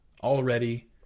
already